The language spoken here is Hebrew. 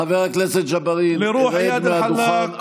חבר הכנסת ג'בארין, רד מהדוכן.